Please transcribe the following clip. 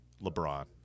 LeBron